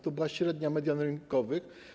To była średnia median rynkowych.